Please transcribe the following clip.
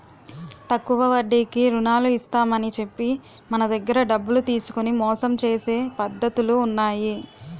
తక్కువ వడ్డీకి రుణాలు ఇస్తామని చెప్పి మన దగ్గర డబ్బులు తీసుకొని మోసం చేసే పద్ధతులు ఉన్నాయి